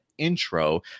intro